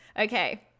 Okay